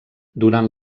durant